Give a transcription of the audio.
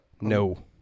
No